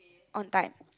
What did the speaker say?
on time